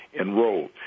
enrolled